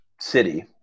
city